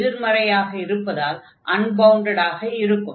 இதில் n எதிர்மறையாக இருப்பதால் அன்பவுண்டடாக இருக்கும்